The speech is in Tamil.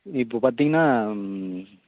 இப்போ பார்த்திங்கன்னா